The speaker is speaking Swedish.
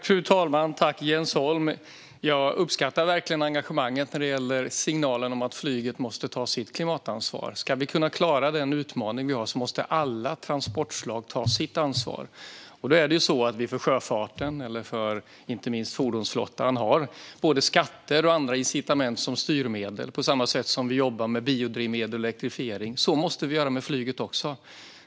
Fru talman! Jag uppskattar verkligen engagemanget när det gäller signalen om att flyget måste ta sitt klimatansvar. Ska vi kunna klara den utmaning vi har måste alla transportslag ta sitt ansvar. För sjöfarten och inte minst för fordonsflottan har vi både skatter och andra incitament som styrmedel. Vi jobbar med biodrivmedel och elektrifiering, och så måste vi göra också med flyget.